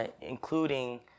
including